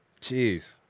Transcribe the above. Jeez